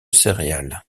céréales